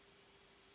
Hvala